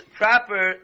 proper